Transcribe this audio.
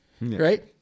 Right